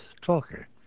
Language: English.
talker